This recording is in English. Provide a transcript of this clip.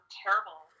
terrible